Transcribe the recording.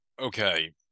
Okay